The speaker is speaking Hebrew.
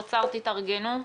אוצר, תתארגנו.